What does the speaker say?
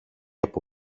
από